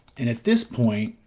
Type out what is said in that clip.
and at this point,